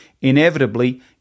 Inevitably